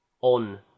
on